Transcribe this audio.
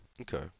Okay